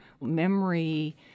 memory